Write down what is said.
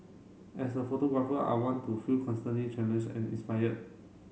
as a photographer I want to feel constantly challenged and inspired